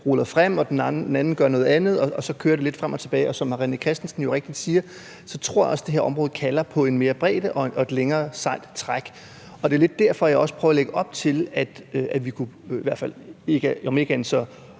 ruller frem, og den anden gør noget andet, og så kører det lidt frem og tilbage. Og som hr. René Christensen jo rigtigt siger, tror jeg også, det her område kalder på en større bredde og et længere sejt træk. Det er lidt derfor, jeg også prøver at lægge op til, at vi kunne om ikke andet